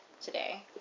today